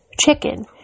chicken